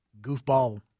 goofball